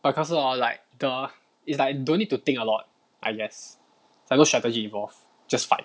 可是 hor like the it's like don't need to think a lot I guess it's like no strategy involved just fight